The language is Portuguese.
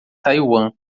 taiwan